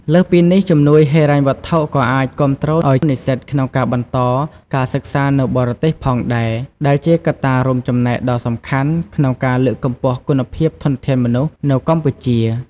លើសពីនេះ ជំនួយហិរញ្ញវត្ថុក៏អាចគាំទ្រឲ្យនិស្សិតក្នុងការបន្តការសិក្សានៅបរទេសផងដែរ ដែលជាកត្តារួមចំណែកដ៏សំខាន់ក្នុងការលើកកម្ពស់គុណភាពធនធានមនុស្សនៅកម្ពុជា។